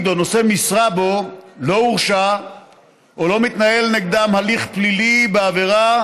או נושא משרה בו לא הורשע ולא מתנהל נגדם הליך פלילי בעבירה